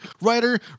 writer